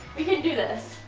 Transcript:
you can do this,